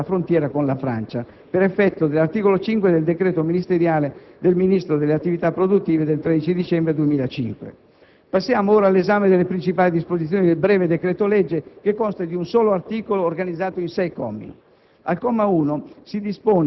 agli *interconnector* alla frontiera con la Francia (per effetto dell'articolo 5 del decreto del Ministro delle attività produttive del 13 dicembre 2005). Passiamo ora all'esame delle principali disposizioni del breve decreto-legge, che consta di un solo articolo, organizzato in sei commi.